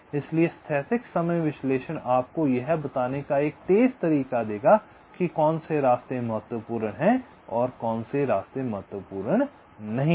इसलिए स्थैतिक समय विश्लेषण आपको यह बताने का एक त्वरित तरीका देगा कि कौन से रास्ते महत्वपूर्ण हैं और कौन से महत्वपूर्ण नहीं हैं